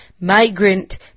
migrant